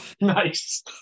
nice